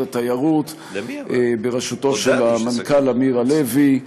התיירות בראשותו של המנכ"ל אמיר הלוי,